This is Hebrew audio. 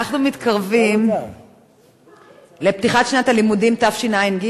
אנחנו מתקרבים לפתיחת שנת הלימודים תשע"ג,